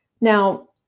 now